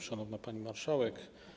Szanowna Pani Marszałek!